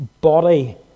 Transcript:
body